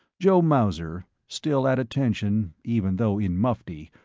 joe mauser, still at attention even though in mufti,